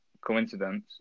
coincidence